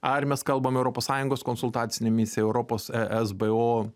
ar mes kalbam europos sąjungos konsultacine misija europos esbo